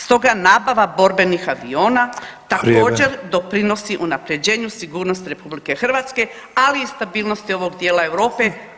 Stoga nabava borbenih aviona također [[Upadica: Vrijeme.]] doprinosi unapređenju sigurnosti RH, ali i stabilnosti ovog dijela Europe.